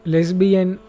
Lesbian